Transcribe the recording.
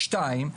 שתיים,